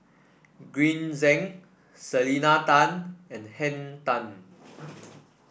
Green Zeng Selena Tan and Henn Tan